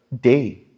day